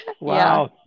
Wow